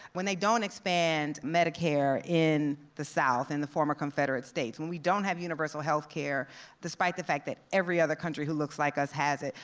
when they don't expand medicare in the south, in the former confederate states. when we don't have universal healthcare despite the fact that every other country that looks like us has it.